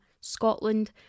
Scotland